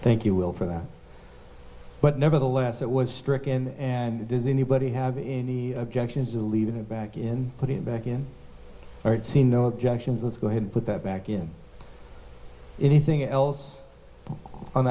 think you will for that but nevertheless it was stricken and it does anybody have any objections to leaving a bag in put it back in very see no objection let's go ahead and put that back in anything else on